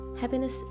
Happiness